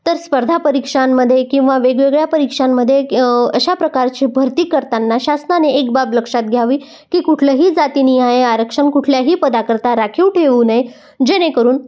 तर स्पर्धा परीक्षांमध्ये किंवा वेगवेगळ्या परीक्षांमध्ये अशा प्रकारची भरती करताना शासनाने एक बाब लक्षात घ्यावी की कुठलंही जातीनिहाय आरक्षण कुठल्याही पदाकरता राखीव ठेऊ नये जेणेकरून